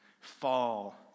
fall